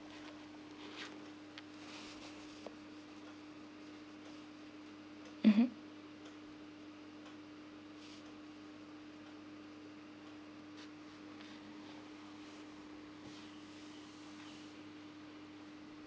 mmhmm